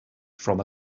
from